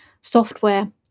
software